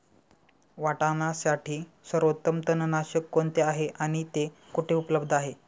वाटाण्यासाठी सर्वोत्तम तणनाशक कोणते आहे आणि ते कुठे उपलब्ध आहे?